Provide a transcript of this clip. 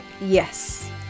yes